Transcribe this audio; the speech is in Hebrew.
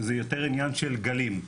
זה יותר עניין של גלים,